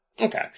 Okay